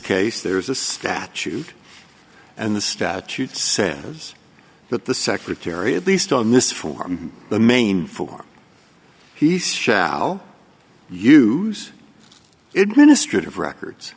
case there is a statute and the statute says that the secretary at least on this form the main form he shall use it ministry of records